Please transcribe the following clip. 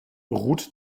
ruth